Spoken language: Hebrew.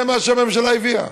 זה מה שהממשלה הביאה.